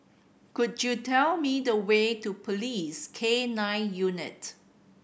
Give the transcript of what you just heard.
could you tell me the way to Police K Nine Unit